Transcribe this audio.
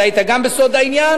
אתה היית גם בסוד העניין,